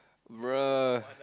bro